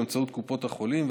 באמצעות קופות החולים,